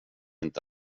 inte